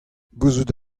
gouzout